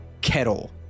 kettle